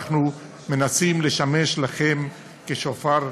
אנחנו מנסים לשמש לכם כשופר,